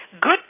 Good